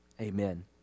Amen